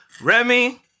Remy